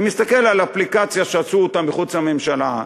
אני מסתכל על אפליקציה שעשו אותה מחוץ לממשלה,